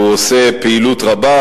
והוא עושה פעילות רבה,